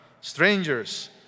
strangers